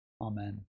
Amen